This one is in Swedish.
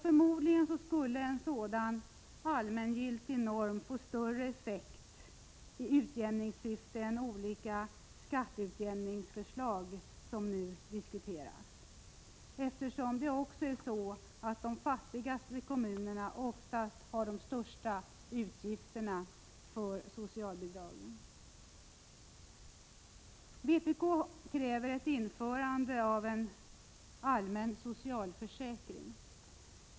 Förmodligen skulle en sådan allmängiltig norm få större effekt i utjämningssyfte än de olika skatteutjämningsförslag som nu diskuteras, eftersom det också är så att de fattigaste kommunerna oftast har de största utgifterna för socialbidragen. Vpk kräver ett införande av en allmän socialförsäkring.